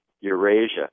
Eurasia